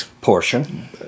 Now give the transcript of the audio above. portion